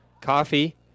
Coffee